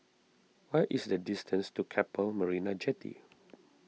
what is the distance to Keppel Marina Jetty